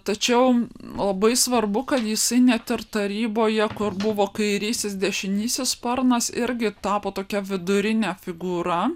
tačiau labai svarbu kad jisai net ir taryboje kur buvo kairysis dešinysis sparnas irgi tapo tokia vidurine figūra